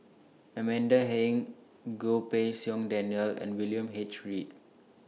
Amanda Heng Goh Pei Siong Daniel and William H Read